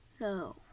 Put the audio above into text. no